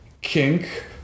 kink